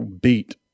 beat